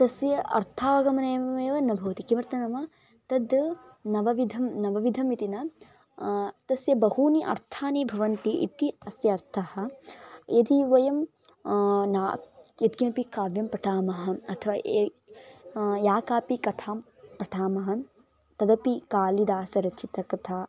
तस्य अर्थावगमनेवमेव न भवति किमर्थं नाम तद् नवविधं नवविधमिति न तस्य बहवः अर्थाः भवन्ति इति अस्य अर्थः यदि वयं नाक् यत्किमपि काव्यं पठामः अथवा ये यां कामपि कथां पठामः तदपि कालिदासरचितकथा